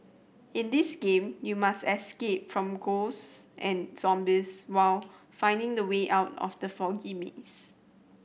in this game you must escape from ghosts and zombies while finding the way out of the foggy maze